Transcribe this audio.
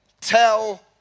tell